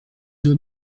doit